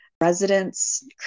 residents